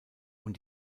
und